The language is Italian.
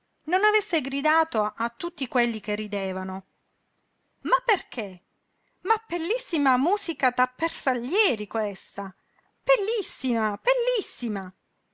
non avesse gridato a tutti quelli che ridevano ma perché ma pellissima musika da persaghlieri questa pellissima pellissima